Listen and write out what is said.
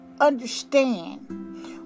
understand